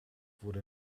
wurde